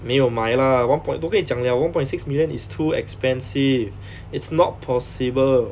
没有买 lah one point 我跟你讲 liao one point six million is too expensive it's not possible